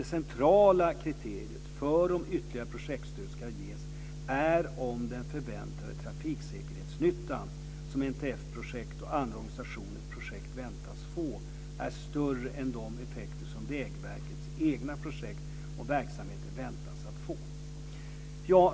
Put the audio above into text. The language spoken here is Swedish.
Det centrala kriteriet för om ytterligare projektstöd ska ges är om den förväntade trafiksäkerhetsnytta som NTF-projekt och andra organisationers projekt väntas få är större än de effekter som Vägverkets egna projekt och verksamheter väntas få.